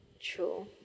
true